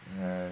ya